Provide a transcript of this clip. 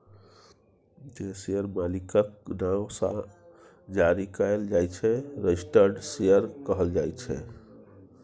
जे शेयर मालिकक नाओ सँ जारी कएल जाइ छै रजिस्टर्ड शेयर कहल जाइ छै